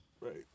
Right